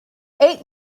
eight